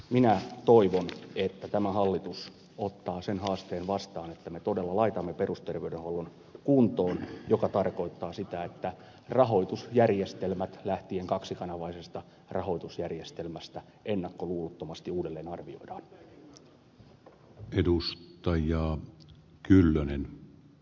minä toivon että tämä hallitus ottaa sen haasteen vastaan että me todella laitamme perusterveydenhuollon kuntoon mikä tarkoittaa sitä että rahoitusjärjestelmät lähtien kaksikanavaisesta rahoitusjärjestelmästä arvioidaan ennakkoluulottomasti uudelleen